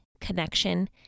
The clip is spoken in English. connection